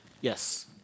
yes